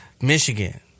Michigan